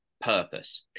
purpose